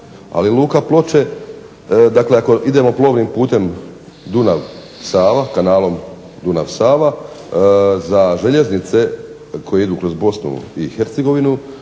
ali luka Ploče, dakle ako idemo plovnim putem Dunav-Sava, kanalom Dunav-Sava za željeznice koje idu kroz Bosnu i Hercegovinu